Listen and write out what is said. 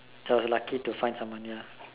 so I was lucky to find someone